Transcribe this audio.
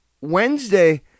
Wednesday